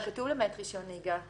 כתוב: למעט רישיון נהיגה.